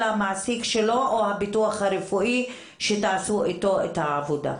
אלא המעסיק שלו או הביטוח הרפואי שתעשו איתו את העבודה.